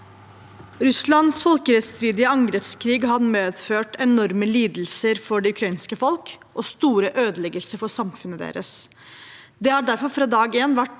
Russlands folkeretts- stridige angrepskrig har medført enorme lidelser for det ukrainske folk og store ødeleggelser for samfunnet deres. Det har derfor fra dag én vært